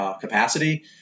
capacity